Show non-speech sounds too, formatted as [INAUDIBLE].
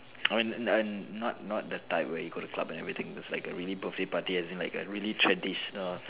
[NOISE] and and and not not the type where you go to club and everything it's like a really birthday party as in like a really traditional